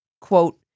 quote